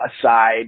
aside